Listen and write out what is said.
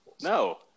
no